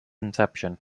inception